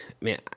man